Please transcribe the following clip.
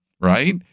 right